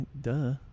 duh